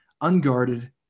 unguarded